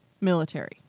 military